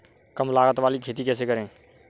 कम लागत वाली खेती कैसे करें?